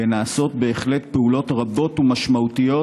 ונעשות בהחלט פעולות רבות ומשמעותיות,